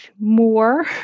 more